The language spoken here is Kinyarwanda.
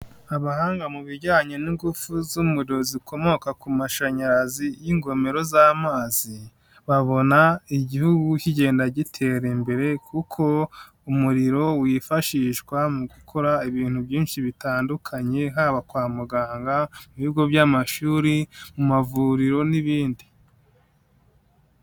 Abahanga mu bijyanye n'ingufu z'umuriro zikomoka ku mashanyarazi y'ingomero z'amazi, babona igihugu kigenda gitera imbere kuko umuriro wifashishwa mu gukora ibintu byinshi bitandukanye, haba kwa muganga, ibigo by'amashuri, mu mavuriro n'ibindi.